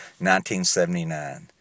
1979